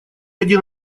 один